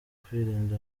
kwirinda